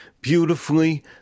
beautifully